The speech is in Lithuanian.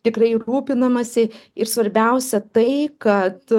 tikrai rūpinamasi ir svarbiausia tai kad